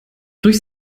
durch